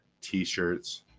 t-shirts